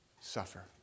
suffer